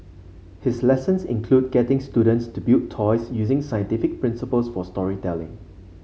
his lessons include getting students to build toys using scientific principles for storytelling